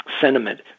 Sentiment